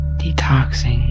detoxing